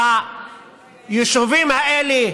שהיישובים האלה,